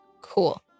Cool